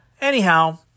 Anyhow